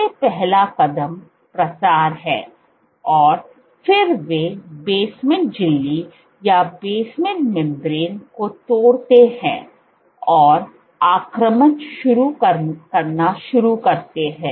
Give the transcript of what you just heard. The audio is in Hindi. सबसे पहला कदम प्रसार है और फिर वे बेसमेंट झिल्ली को तोड़ते हैं और आक्रमण करना शुरू करते हैं